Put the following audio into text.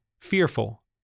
fearful